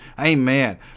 amen